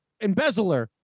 embezzler